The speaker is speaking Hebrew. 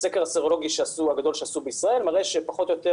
הסקר הסרולוגי הגדול שעשו בישראל מראה שפחות או יותר